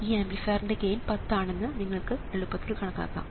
ഈ ആംപ്ലിഫയറിന്റെ ഗെയിൻ 10 ആണെന്ന് നിങ്ങൾക്ക് എളുപ്പത്തിൽ കണക്കാക്കാം